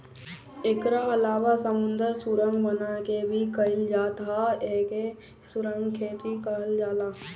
एकरा अलावा समुंदर सुरंग बना के भी कईल जात ह एके सुरंग खेती कहल जाला